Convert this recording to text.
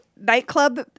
nightclub